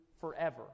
forever